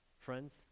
friends